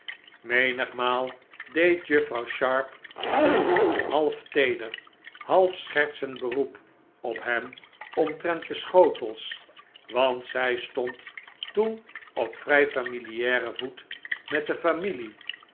menigmaal deed juffrouw sharp een half teeder half schertsend beroep op hem omtrent de schotels want zij stond toen op vrij familiaren voet met de familie